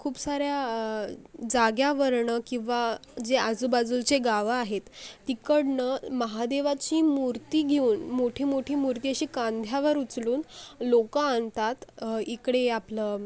खूप साऱ्या जागावरुन किंवा जे आजूबाजूचे गावं आहेत तिकडून महादेवाची मूर्ती घेऊन मोठीमोठी मूर्ती अशी खांद्यावर उचलून लोक आणतात इकडे आपलं